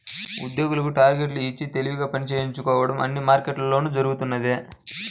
ఉద్యోగులకు టార్గెట్లు ఇచ్చి తెలివిగా పని చేయించుకోవడం అన్ని మార్కెట్లలోనూ జరుగుతున్నదే